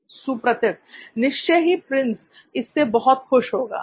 सुप्रतिव निश्चय ही प्रिंस इससे बहुत खुश होगा